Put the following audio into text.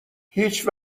هیچ